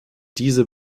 diese